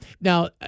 Now